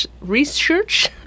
research